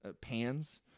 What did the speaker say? pans